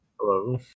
Hello